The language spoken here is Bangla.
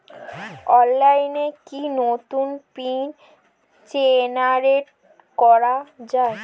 অনলাইনে কি নতুন পিন জেনারেট করা যায়?